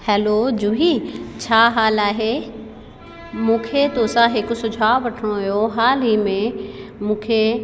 hello Juhi छा हालु आहे मूंखे तोसां हिकु सुझाव वठिणो हुयो हाल ई में मूंखे